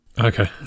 Okay